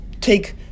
Take